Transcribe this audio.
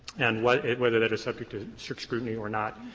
and what whether that is subject to strict scrutiny or not.